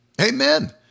Amen